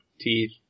teeth